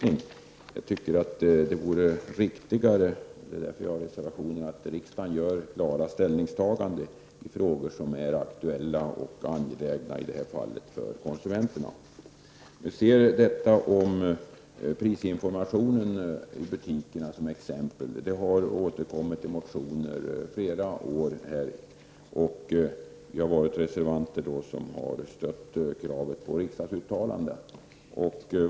Jag tycker att det vore riktigare att riksdagen gjorde klara ställningstaganden i frågor som är aktuella och angelägna för konsumenterna i det här fallet; det är ju därför vi har reserverat oss. Vi kan ta prisinformationen i butikerna som exempel. Denna fråga har återkommit i motioner under flera år, och vi har reserverat oss för kravet på ett riksdagsuttalande.